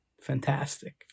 fantastic